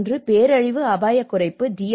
ஒன்று பேரழிவு அபாயக் குறைப்பு டி